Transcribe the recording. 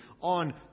on